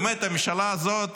באמת, הממשלה הזאת